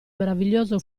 meraviglioso